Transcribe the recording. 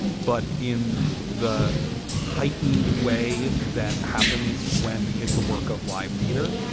but in the heightened way that happens when it's a work of life theatre,